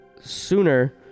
sooner